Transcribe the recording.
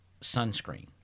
sunscreen